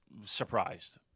surprised